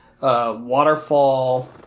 Waterfall